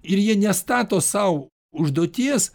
ir jie nestato sau užduoties